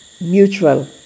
mutual